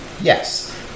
Yes